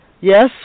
Yes